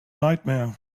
nightmare